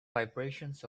vibrations